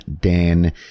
Dan